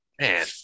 Man